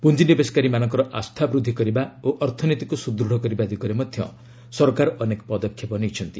ପୁଞ୍ଜିନିବେଶକାରୀମାନଙ୍କର ଆସ୍ଥା ବୃଦ୍ଧି କରିବା ଓ ଅର୍ଥନୀତିକୁ ସୁଦୃତ୍ କରିବା ଦିଗରେ ମଧ୍ୟ ସରକାର ଅନେକ ପଦକ୍ଷେପ ନେଇଛନ୍ତି